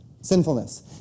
sinfulness